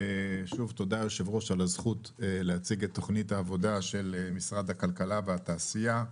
תודה על הזכות להציג את תוכנית העבודה של משרד הכלכלה והתעשייה.